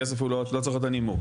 כסף לא צריך להיות הנימוק.